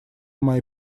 мои